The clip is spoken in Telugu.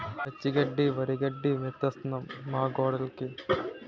పచ్చి గడ్డి వరిగడ్డి మేతేస్తన్నం మాగొడ్డ్లుకి